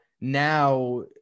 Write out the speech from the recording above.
now